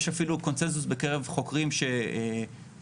יש אפילו קונצנזוס בקרב חוקרים שרוב